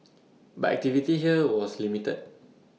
but activity here was limited